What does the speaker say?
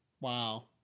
Wow